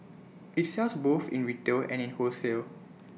IT sells both in retail and in wholesale